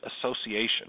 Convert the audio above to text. Association